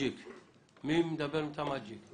מי מדבר בטעם אג'יק?